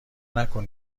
نکن